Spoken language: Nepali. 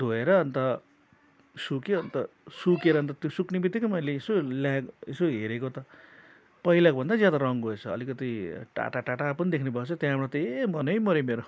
धोएर अन्त सुक्यो अन्त सुकेर अन्त त्यो सुक्ने बित्तिकै मैले यसो ल्याए यसो हेरेको त पहिलाको भन्दा ज्यादा रङ गएछ अलिकति टाटा टाटा पनि देख्ने भएछ त्यहाँबाट त ए मनै मर्यो मेरो